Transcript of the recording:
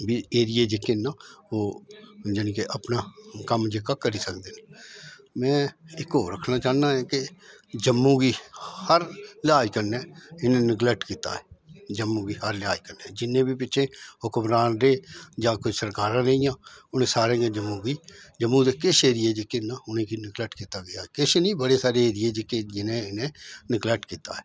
बी ऐरिये जेह्के न ओह् जानि के अपना कम्म जेहका करी सकदे न में इक होर आक्खना चाह्न्नां के जम्मू गी हर लेहाज कन्नै इ'नें निगलेक्ट कीता ऐ जम्मू गी हर लेहाज कन्नै जिन्ने बी बिच्च एह् हुकमरान रेह् जां कोई सरकारां रेइयां उ'नें सारें गी जम्मू गी जम्मू दे किश ऐरिये जेहके न उ'नेंगी निगलेक्ट कीता गेआ किश नेईं बड़े सारे ऐरिये जेह्ड़े न निगलेक्ट कीता